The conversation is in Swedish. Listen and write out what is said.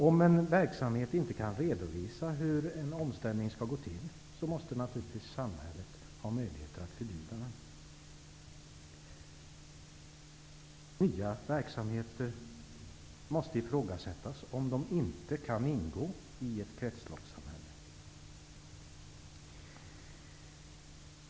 Om en verksamhet inte kan redovisa hur en omställning skall gå till, måste naturligtvis samhället ha möjligheter att förbjuda den. Nya verksamheter måste ifrågasättas om de inte kan ingå i ett kretsloppssamhälle.